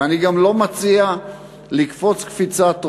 ואני גם לא מציע לקפוץ קפיצת ראש,